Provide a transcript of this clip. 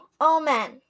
Amen